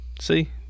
See